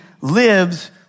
lives